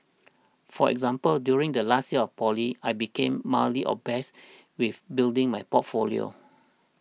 for example during the last year of poly I became mildly obsessed with building my portfolio